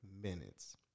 minutes